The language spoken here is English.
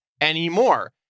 anymore